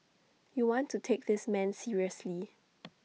you want to take this man seriously